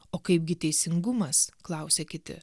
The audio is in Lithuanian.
o kaipgi teisingumas klausia kiti